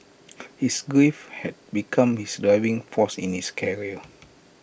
his grief had become his driving force in his career